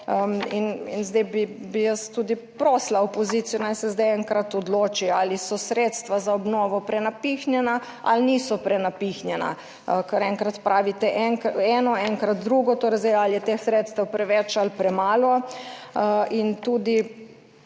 in zdaj bi jaz tudi prosila opozicijo, naj se zdaj enkrat odloči ali so sredstva za obnovo prenapihnjena ali niso prenapihnjena, kar enkrat pravite enkrat eno, enkrat drugo. Torej, zdaj ali je teh sredstev preveč ali premalo. In tudi